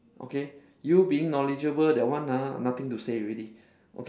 okay you being knowledgeable that one ah nothing to say already